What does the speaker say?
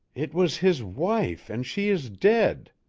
it was his wife and she is dead,